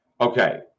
Okay